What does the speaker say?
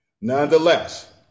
Nonetheless